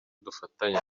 dufatanye